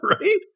right